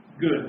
good